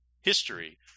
history